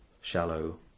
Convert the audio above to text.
shallow